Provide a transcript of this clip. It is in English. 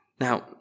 Now